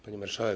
Pani Marszałek!